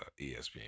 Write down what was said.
ESPN